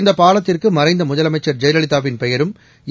இந்த பாலத்திற்கு மறைந்த முதலமைச்சர் ஜெயலலிதாவின் பெயரும் ஏ